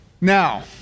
Now